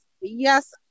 yes